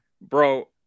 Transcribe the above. bro